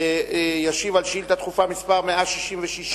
להשיב על שאילתא דחופה מס' 166,